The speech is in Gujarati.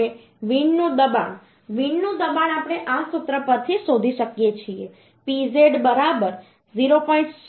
હવે વિન્ડ નું દબણ વિન્ડનું દબાણ આપણે આ સૂત્ર પરથી શોધી શકીએ છીએ pz બરાબર 0